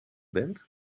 bent